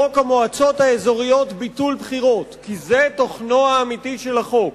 חוק המועצות האזוריות (ביטול בחירות) כי זה תוכנו האמיתי של החוק.